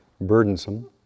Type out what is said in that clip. burdensome